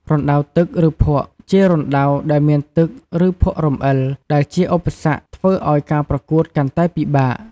រណ្តៅទឹក ឬភក់ ជារណ្តៅដែលមានទឹក ឬភក់រអិល ដែលជាឧបសគ្គធ្វើឲ្យការប្រកួតកាន់តែពិបាក។